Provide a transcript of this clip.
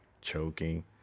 choking